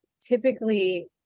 typically